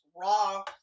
Raw